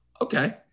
okay